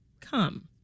come